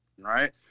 right